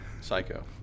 Psycho